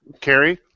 Carrie